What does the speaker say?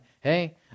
hey